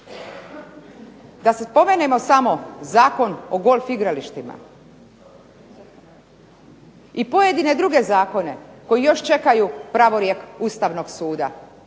Da se spomenemo samo Zakon o golf igralištima. I pojedine druge zakone koji još čekaju pravorijek Ustavnog suda,